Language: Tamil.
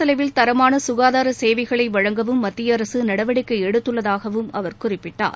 செலவில் தரமான சுகாதார சேவைகளை வழங்கவும் மத்திய அரசு நடவடிக்கை குறைந்த எடுத்துள்ளதாகவும் அவர் குறிப்பிட்டார்